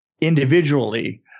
individually